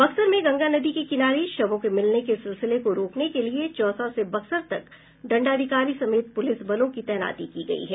बक्सर में गंगा नदी के किनारे शवों के मिलने के सिलसिले को रोकने के लिये चौसा से बक्सर तक दंडाधिकारी समेत पुलिस बलों की तैनाती की गयी है